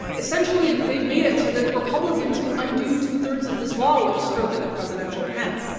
essentially they've made it so that republicans can undo two-thirds of this law with a stroke of the presidential pen.